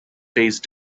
phase